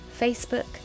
Facebook